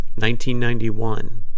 1991